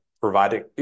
providing